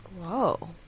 Whoa